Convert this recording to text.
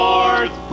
North